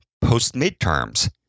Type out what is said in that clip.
post-midterms